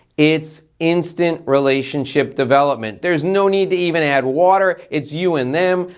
it's instant relationship development. there's no need to even add water, it's you and them.